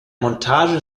montage